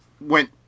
went